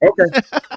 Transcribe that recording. Okay